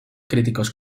críticos